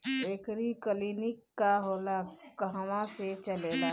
एगरी clinic का होला कहवा से चलेँला?